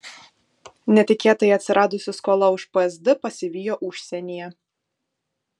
netikėtai atsiradusi skola už psd pasivijo užsienyje